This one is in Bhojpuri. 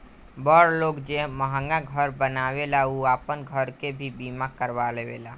बड़ लोग जे महंगा घर बनावेला उ आपन घर के भी बीमा करवा लेवेला